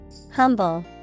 Humble